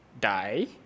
die